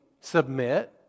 submit